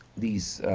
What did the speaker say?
these